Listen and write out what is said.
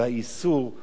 והאיסור,